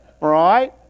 Right